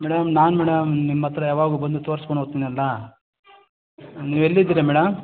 madam ನಾನು madam ನಿಮ್ಮ ಹತ್ತಿರ ಯಾವಾಗ್ಲೂ ಬಂದು ತೋರ್ಸ್ಕೊಂಡು ಹೋಗ್ತೀನಲ್ಲ ನೀವೆಲ್ಲಿದ್ದೀರ ಮೇಡಮ್